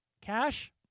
cash